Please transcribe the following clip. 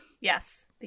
Yes